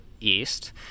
east